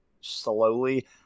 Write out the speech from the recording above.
slowly